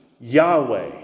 Yahweh